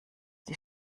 die